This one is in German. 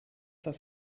das